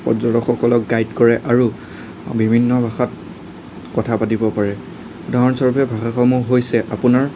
পৰ্যটকসলক guide কৰে আৰু বিভিন্ন ভাষাত কথা পাতিব পাৰে উদাহৰণস্বৰূপে ভাষাসমূহ হৈছে আপোনাৰ